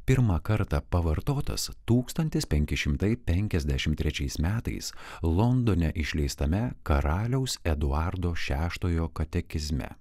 pirmą kartą pavartotas tūkstantis penki šimtai penkiasdešimt trečiais metais londone išleistame karaliaus eduardo šeštojo katekizme